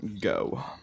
Go